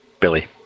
Billy